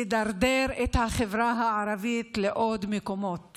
לדרדר את החברה הערבית לעוד מקומות